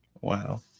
wow